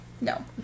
No